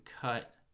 cut